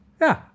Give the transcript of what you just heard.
Yeah